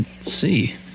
See